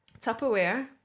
Tupperware